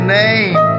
name